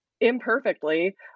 imperfectly